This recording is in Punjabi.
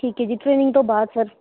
ਠੀਕ ਹੈ ਜੀ ਟ੍ਰੇਨਿੰਗ ਤੋਂ ਬਾਅਦ ਸਰ